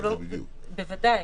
בוודאי.